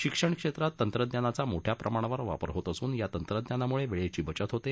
शिक्षणक्षेत्रात तंत्रज्ञानाचा मोठ्या प्रमाणावर वापर होत असून या तंत्रज्ञानामुळे वेळेची बचत होते